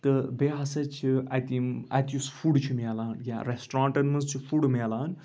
تہٕ بیٚیہِ ہَسا چھِ اَتہِ یِم اَتہِ یُس فُڈ چھُ ملان یا رٮ۪سٹرٛونٛٹَن منٛز چھُ فُڈ ملان